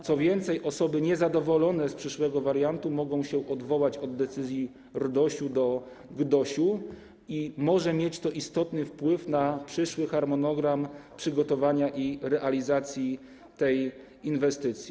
Co więcej, osoby niezadowolone z przyszłego wariantu mogą się odwołać od decyzji RDOŚ do GDOŚ, co może mieć istotny wpływ na przyszły harmonogram dotyczący przygotowania i realizacji tej inwestycji.